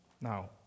Now